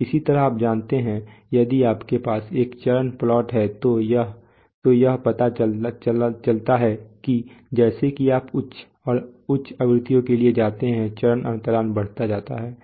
इसी तरह आप जानते हैं यदि आपके पास एक चरण प्लॉट है तो यह पता चला है कि जैसा कि आप उच्च और उच्च आवृत्तियों के लिए जाते हैं चरण अंतराल बढ़ता है